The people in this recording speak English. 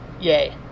Yay